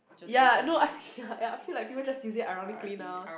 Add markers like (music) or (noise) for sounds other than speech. ya no I (laughs) ya I feel like people just use it ironically now